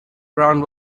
ground